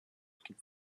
could